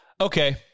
Okay